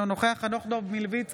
אינו נוכח חנוך דב מלביצקי,